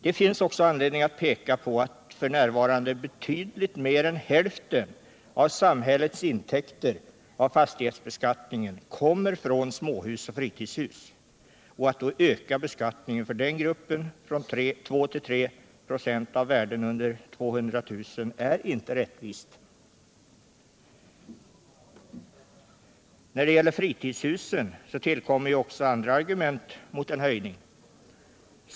Det finns också anledning att peka på att f. n. betydligt mer än hälften. av samhällets intäkter av fastighetsbeskattningen kommer från småhus = Beskattningen av och fritidshus. Att då öka beskattningen för denna grupp från 2 till 3 96 — inkomst av enoch av värden under 200 000 kr. är inte rättvist. tvåfamiljsfastighe När det gäller fritidshusen tillkommer också andra argument mot en ter höjning.